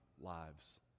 lives